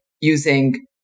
using